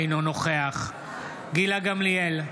אינו נוכח גילה גמליאל,